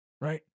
right